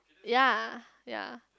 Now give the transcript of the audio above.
ya ya